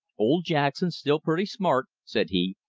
old jackson's still purty smart, said he.